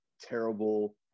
terrible